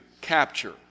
capture